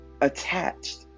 attached